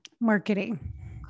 Marketing